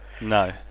No